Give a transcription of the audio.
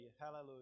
hallelujah